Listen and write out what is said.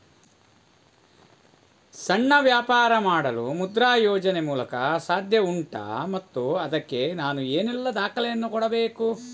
ಸಣ್ಣ ವ್ಯಾಪಾರ ಮಾಡಲು ಮುದ್ರಾ ಯೋಜನೆ ಮೂಲಕ ಸಾಧ್ಯ ಉಂಟಾ ಮತ್ತು ಅದಕ್ಕೆ ನಾನು ಏನೆಲ್ಲ ದಾಖಲೆ ಯನ್ನು ಕೊಡಬೇಕು?